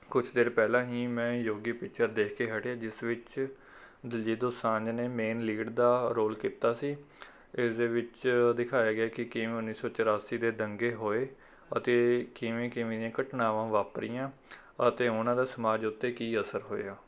ਕੁਛ ਦੇਰ ਪਹਿਲਾਂ ਹੀ ਮੈਂ ਯੋਗੀ ਪਿਕਚਰ ਦੇਖ ਕੇ ਹਟੇ ਜਿਸ ਵਿੱਚ ਦਲਜੀਤ ਦੋਸਾਂਝ ਨੇ ਮੇਨ ਲੀਡ ਦਾ ਰੋਲ ਕੀਤਾ ਸੀ ਇਸ ਦੇ ਵਿੱਚ ਦਿਖਾਇਆ ਗਿਆ ਕਿ ਕਿਵੇਂ ਉੱਨੀ ਸੌ ਚੁਰਾਸੀ ਦੇ ਦੰਗੇ ਹੋਏ ਅਤੇ ਕਿਵੇਂ ਕਿਵੇਂ ਦੀਆਂ ਘਟਨਾਵਾਂ ਵਾਪਰੀਆਂ ਅਤੇ ਉਹਨਾਂ ਦਾ ਸਮਾਜ ਉੱਤੇ ਕੀ ਅਸਰ ਹੋਇਆ